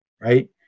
right